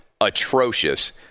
atrocious